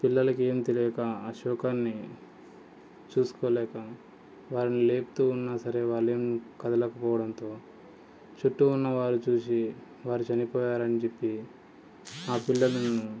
పిల్లలకి ఏం తెలియక ఆ సోకాన్ని చూస్కోలేక వాళ్ళు లేపుతూ ఉన్నా సరే వాళ్ళేం కదలకపోవడంతో చుట్టూ ఉన్నవారు చూసి వారు చనిపోయారు అని చెప్పి ఆ పిల్లలను